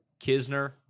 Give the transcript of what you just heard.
Kisner